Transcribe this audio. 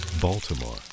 Baltimore